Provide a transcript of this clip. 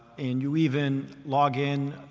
and you even log in